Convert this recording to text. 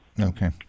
Okay